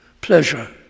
pleasure